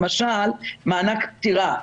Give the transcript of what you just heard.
למשל מענק פטירה.